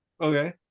Okay